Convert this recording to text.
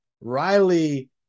Riley